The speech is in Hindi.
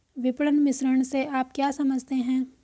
विपणन मिश्रण से आप क्या समझते हैं?